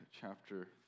chapter